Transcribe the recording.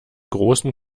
großen